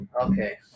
Okay